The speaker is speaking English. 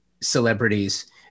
celebrities